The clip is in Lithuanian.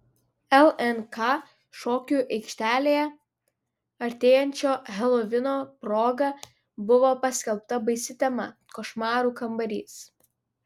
lnk šokių aikštelėje artėjančio helovino proga buvo paskelbta baisi tema košmarų kambarys